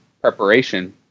preparation